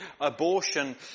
abortion